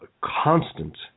constant